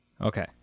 okay